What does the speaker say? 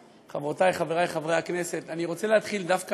חברותי, חברי, חברי הכנסת, אני רוצה להתחיל דווקא